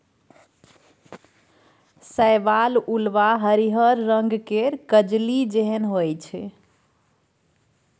शैवाल उल्वा हरिहर रंग केर कजली जेहन होइ छै